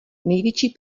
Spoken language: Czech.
největší